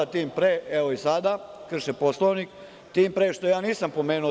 Tim pre, evo i sada krše Poslovnik, tim pre, što nisam pomenuo DS.